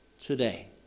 today